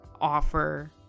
offer